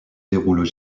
déroulent